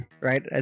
right